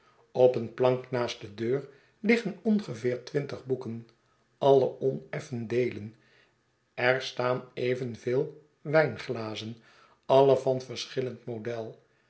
op een plank naast de deur liggen ongeveer twintig boeken alle oneffen deelen er staan even veel wijnglazen alle van verschillend model